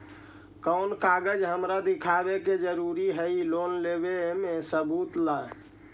कौन कागज हमरा दिखावे के जरूरी हई लोन लेवे में सबूत ला?